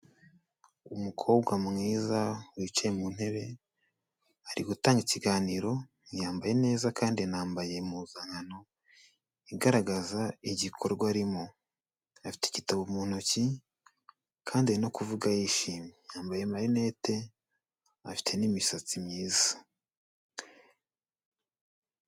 Umukobwa mwiza wicaye mu ntebe, ari gutanga ikiganiro yambaye neza kandi anambaye impuzankano igaragaza igikorwa arimo, afite igitabo mu ntoki kandi ari no kuvuga yishimye, yambaye amarinete, afite n'imisatsi myiza.